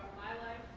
my life.